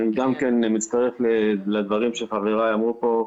אני גם מצטרף לדברים שחבריי אמרו פה,